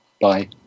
Bye